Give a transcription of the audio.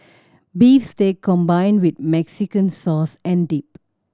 beef steak combined with Mexican sauce and dip